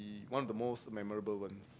one of the most memorable one